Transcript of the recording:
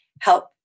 help